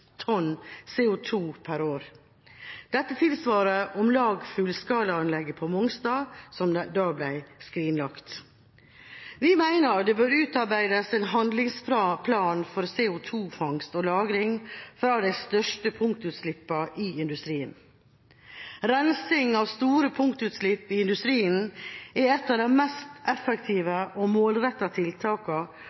tonn CO2 per år. Dette tilsvarer om lag fullskalaanlegget på Mongstad, som ble skrinlagt. Vi mener det bør utarbeides en handlingsplan for CO2-fangst og -lagring fra de største punktutslippene i industrien. Rensing av store punktutslipp i industrien er et av de mest effektive og